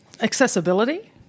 Accessibility